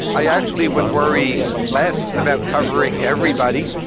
i actually would worry less about covering everybody,